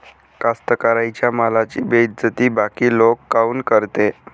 कास्तकाराइच्या मालाची बेइज्जती बाकी लोक काऊन करते?